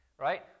right